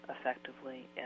effectively